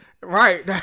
right